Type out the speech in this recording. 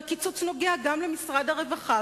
והקיצוץ נוגע גם במשרד הרווחה,